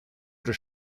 des